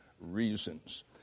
reasons